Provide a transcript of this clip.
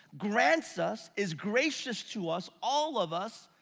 grants us, is gracious to us, all of us,